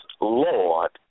Lord